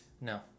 no